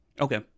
Okay